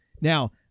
Now